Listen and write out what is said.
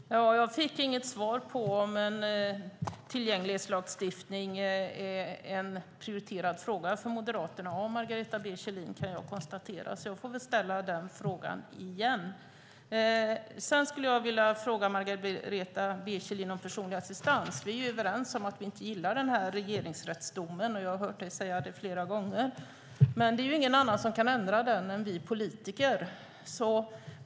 Fru talman! Jag fick inget svar på om en tillgänglighetslagstiftning är en prioriterad fråga för Moderaterna av Margareta B Kjellin. Jag får väl ställa frågan igen. Jag vill fråga Margareta B Kjellin om personlig assistans. Vi är överens om att vi inte gillar regeringsrättsdomen. Jag har hört Margareta säga det flera gånger. Det är ingen annan som kan ändra den än vi politiker.